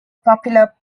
popular